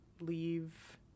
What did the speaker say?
leave